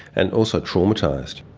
and also traumatised.